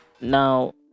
Now